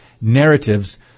narratives